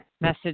message